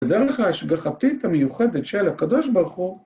בדרך ההשגחתית המיוחדת של הקדוש ברוך הוא